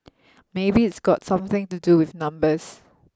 maybe it's got something to do with numbers